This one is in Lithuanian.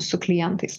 su klientais